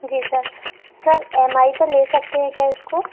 ji sir sir M I पर ले सकते हैं क्या इसको